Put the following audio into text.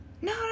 no